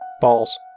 Balls